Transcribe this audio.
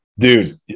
Dude